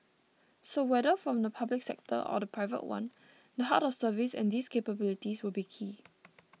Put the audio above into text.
so whether from the public sector or the private one the heart of service and these capabilities will be key